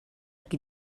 qui